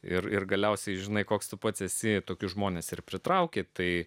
ir ir galiausiai žinai koks tu pats esi tokius žmones ir pritraukia tai